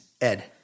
Ed